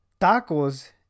tacos